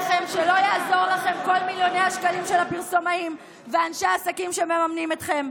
יעזרו לכם כל מיליוני השקלים של הפרסומאים ואנשי העסקים שמממנים אתכם,